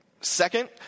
Second